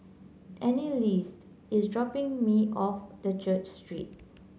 Anneliese is dropping me off at Church Street